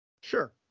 Sure